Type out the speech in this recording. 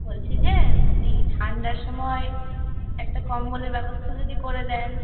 বলছি যে এই ঠান্ডার সময় একটা কম্বলের ব্যবস্থা যদি করে দেন